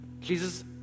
Jesus